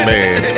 Man